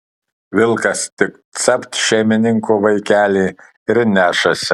vilkas tik capt šeimininko vaikelį ir nešasi